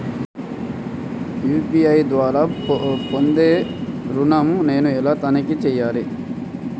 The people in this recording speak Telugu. యూ.పీ.ఐ ద్వారా పొందే ఋణం నేను ఎలా తనిఖీ చేయాలి?